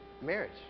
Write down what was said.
marriage